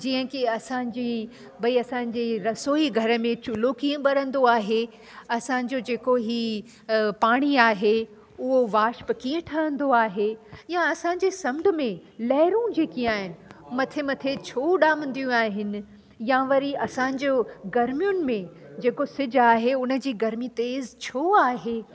जीअं की असांजी भई असांजी रसोई घर में चुल्हो कीअं ॿरंदो आहे असांजो जेको हीउ पाणी आहे उहो वाष्प कीअं ठहंदो आहे या असांजे समुंड में लहरूं जेकी आहिनि मथे मथे छो उॾामंदियूं आहिनि या वरी असांजो गर्मियुनि में जेको सिज आहे उनजी गर्मी तेज़ छो आहे